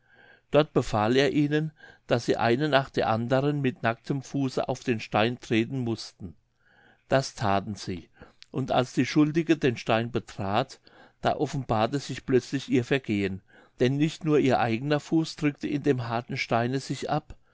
dort befahl er ihnen daß sie eine nach der andern mit nacktem fuße auf den stein treten mußten das thaten sie und als die schuldige den stein betrat da offenbarte sich plötzlich ihr vergehen denn nicht nur ihr eigner fuß drückte in dem harten steine sich ab